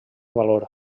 valor